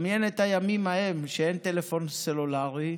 דמיין את הימים ההם, שאין טלפון סלולרי,